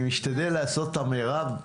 אני משתדל לעשות את המירב,